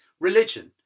religion